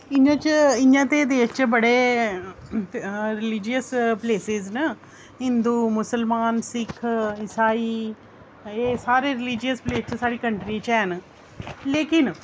इं'या ते देश च बड़े रीलिजिअस प्लेसेस न हिंदु मुसलमान सिक्ख इसाई एह् सारे रलीलिजिअस प्लेस साढ़ी कंट्री बिच हैन लेकिन